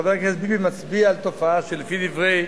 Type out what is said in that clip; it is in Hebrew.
חבר הכנסת ביבי מצביע על תופעה שלפי דברי